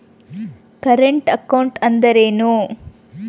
Current account ಅಂದರೇನು?